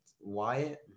Wyatt